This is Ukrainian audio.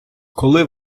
коли